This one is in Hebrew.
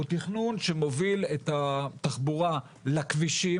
הוא תכנון שמוביל את התחבורה לכבישים,